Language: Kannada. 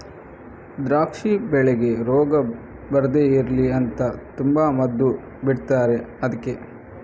ದ್ರಾಕ್ಷಿ ಬೆಳೆಗೆ ರೋಗ ಬರ್ದೇ ಇರ್ಲಿ ಅಂತ ತುಂಬಾ ಮದ್ದು ಬಿಡ್ತಾರೆ ಅದ್ಕೆ